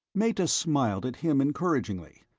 meta smiled at him, encouragingly,